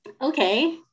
okay